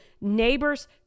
neighbors